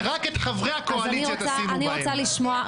ורק את חברי הקואליציה תשימו שם.